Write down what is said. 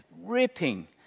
ripping